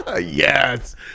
Yes